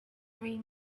three